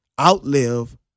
outlive